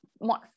more